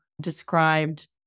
described